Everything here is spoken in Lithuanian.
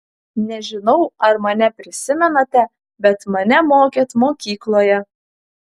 nežinau ar mane prisimenate bet mane mokėt mokykloje